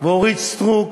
ואורית סטרוק